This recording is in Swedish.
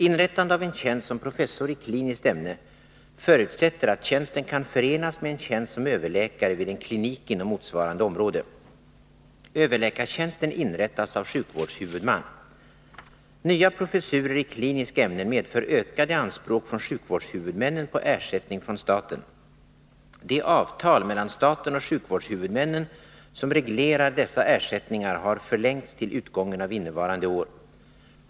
Inrättande av en tjänst som professor i kliniskt ämne förutsätter att tjänsten kan förenas med en tjänst som överläkare vid en klinik inom motsvarande område. Överläkartjänsten inrättas av sjukvårdshuvudman. Nya professurer i kliniska ämnen medför ökade anspråk från sjukvårdshuvudmännen på ersättning från staten. De avtal mellan staten och sjukvårdshuvudmännen som reglerar dessa ersättningar har förlängts till utgången av innevarande år.